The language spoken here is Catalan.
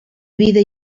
vida